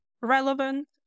relevant